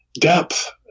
depth